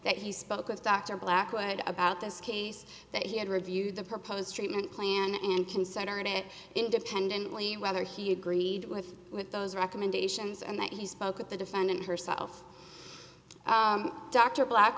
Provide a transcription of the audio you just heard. that he spoke with dr blackwood about this case that he had reviewed the proposed treatment plan and concern it independently whether he agreed with with those recommendations and that he spoke with the defendant herself dr black